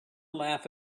laugh